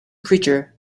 preacher